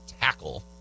tackle